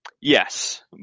yes